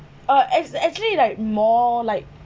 uh actu~ actually like more like